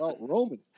Roman